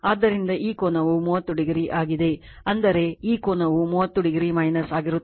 ಆದ್ದರಿಂದ ಈ ಕೋನವು 30o ಆಗಿದೆ ಅಂದರೆ ಈ ಕೋನವು 30o ಆಗಿರುತ್ತದೆ